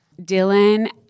Dylan